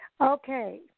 Okay